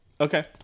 Okay